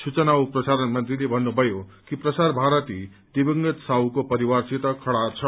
सूचना औ प्रसारण मन्त्रीले भत्रभयो कि प्रसार भारती दिवंगत साहुको परिवारसित खड़ा छ